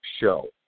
show